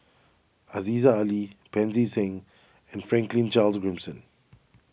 Aziza Ali Pancy Seng and Franklin Charles Gimson